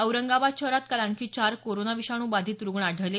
औरंगाबाद शहरात काल आणखी चार कोरोना विषाणू बाधित रुग्ण आढळले